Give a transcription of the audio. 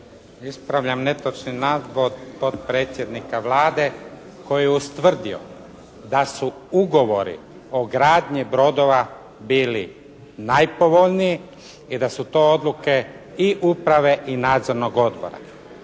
Ispravljam netočni navod potpredsjednika Vlade koji je ustvrdio da su ugovori o gradnji brodova bili najpovoljniji i da su to odluke i uprave i nadzornog odbora.